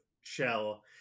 shell